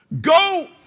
Go